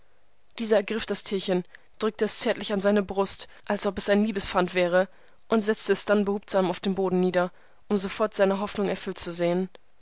dieser ergriff das tierchen drückte es zärtlich an seine brust als ob es ein liebespfand wäre und setzte es dann behutsam auf den boden nieder um sofort seine hoffnung erfüllt zu sehen